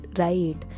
right